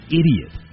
idiot